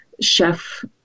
chef